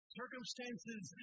circumstances